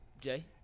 Jay